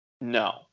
No